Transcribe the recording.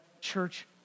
church